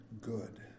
good